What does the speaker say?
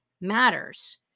matters